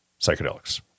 psychedelics